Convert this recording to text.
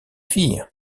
filles